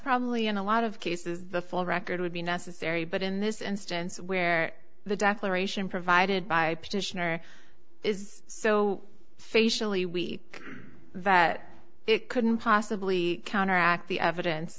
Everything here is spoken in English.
probably in a lot of cases the full record would be necessary but in this instance where the declaration provided by petitioner is so facially weak that it couldn't possibly counteract the evidence